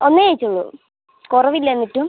ഒന്നേ കഴിച്ചുള്ളു കുറവില്ല എന്നിട്ടും